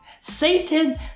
Satan